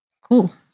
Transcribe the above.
Cool